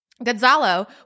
Gonzalo